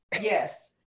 Yes